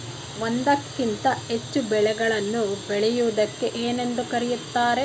ಒಂದಕ್ಕಿಂತ ಹೆಚ್ಚು ಬೆಳೆಗಳನ್ನು ಬೆಳೆಯುವುದಕ್ಕೆ ಏನೆಂದು ಕರೆಯುತ್ತಾರೆ?